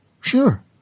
Sure